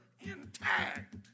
intact